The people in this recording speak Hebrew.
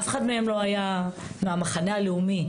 אף אחד מהם לא היה מהמחנה הלאומי,